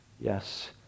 Yes